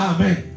Amen